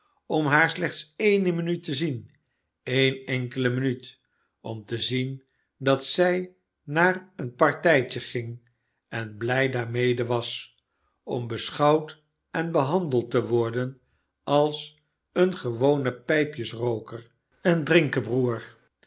om haar slechts ene minuut te zien eene enkele minuut om te zien dat zij naar een partijtje ging en blij daarmede was om beschouwd en behandeld te worden als een gewone pijpjesrooker en